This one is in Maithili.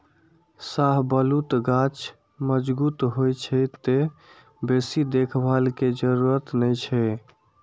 शाहबलूत गाछ मजगूत होइ छै, तें बेसी देखभाल के जरूरत नै छै